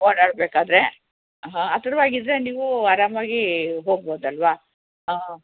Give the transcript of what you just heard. ಓಡಾಡಬೇಕಾದ್ರೆ ಹಾಂ ಹತ್ರವಾಗಿದ್ರೆ ನೀವು ಆರಾಮಾಗಿ ಹೋಗ್ಬೋದು ಅಲ್ವಾ ಹಾಂ